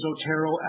Otero